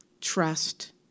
trust